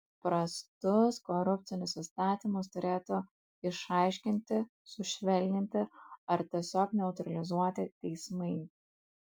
prastus korupcinius įstatymus turėtų išaiškinti sušvelninti ar tiesiog neutralizuoti teismai